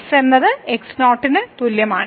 x എന്നത് x 0 ന് തുല്യമാണ്